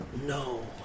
No